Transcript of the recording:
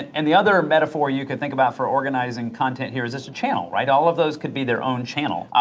and the other metaphor you could think about for organizing content here is just a channel, right? all of those could be their own channel.